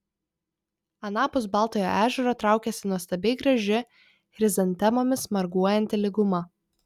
anapus baltojo ežero traukėsi nuostabiai graži chrizantemomis marguojanti lyguma